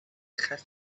ختنه